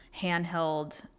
handheld